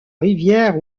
rivière